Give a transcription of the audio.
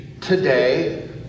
today